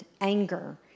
anger